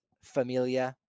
Familia